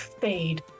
fade